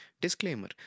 Disclaimer